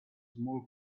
small